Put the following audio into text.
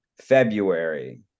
february